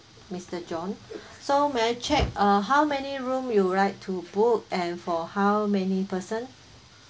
mister john so may I check uh how many room you would like to book and for how many person